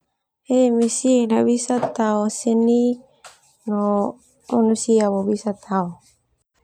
Heo mesin bisa tao seni no manusia no bisa tao.